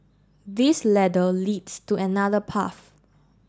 this ladder leads to another path